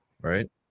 right